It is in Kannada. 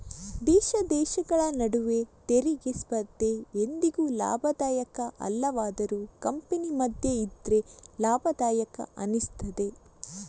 ದೇಶ ದೇಶಗಳ ನಡುವೆ ತೆರಿಗೆ ಸ್ಪರ್ಧೆ ಎಂದಿಗೂ ಲಾಭದಾಯಕ ಅಲ್ಲವಾದರೂ ಕಂಪನಿ ಮಧ್ಯ ಇದ್ರೆ ಲಾಭದಾಯಕ ಅನಿಸ್ತದೆ